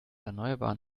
erneuerbaren